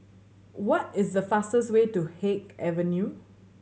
what is the fastest way to Haig Avenue